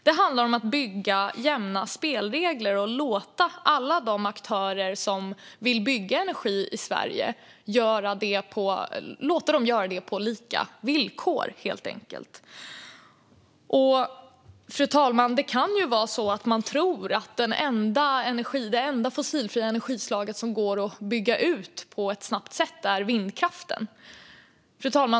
Det handlar om att bygga jämna spelregler och låta alla aktörer som vill bygga energi i Sverige helt enkelt göra det på lika villkor. Fru talman! Det kan vara så att man tror att det enda fossilfria energislag som går att bygga ut på ett snabbt sätt är vindkraften.